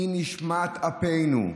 היא נשמת אפנו,